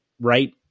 right